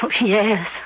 yes